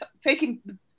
taking